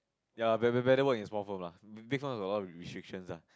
ya be~ be~ better work in small firms lah big firms got a lot of restrictions lah